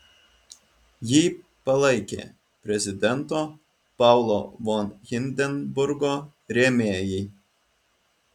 jį palaikė prezidento paulo von hindenburgo rėmėjai